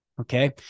Okay